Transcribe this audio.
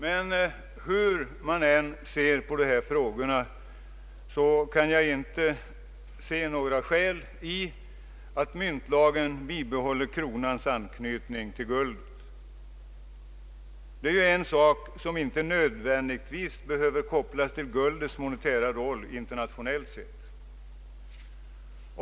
Men hur man än ser på dessa frågor kan jag inte finna några skäl för att myntlagen skulle bibehålla kronans anknytning till guldet. Det är en sak som inte nödvändigtvis behöver kopplas samman med guldets monetära roll internationellt sett.